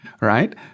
right